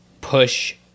push